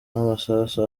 n’amasasu